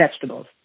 vegetables